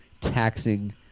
taxing